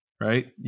right